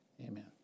Amen